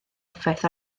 effaith